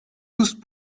tous